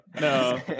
No